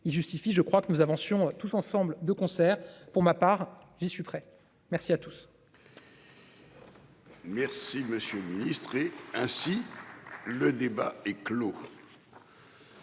Il justifie, je crois que nous avancions tous ensemble de concert pour ma part, j'y suis prêt. Merci à tous.